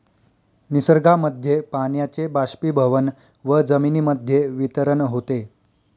निसर्गामध्ये पाण्याचे बाष्पीभवन व जमिनीमध्ये वितरण होते